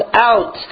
out